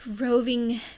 roving